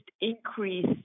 increase